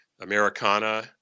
Americana